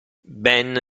ben